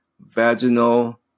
vaginal